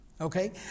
Okay